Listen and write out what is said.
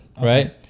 Right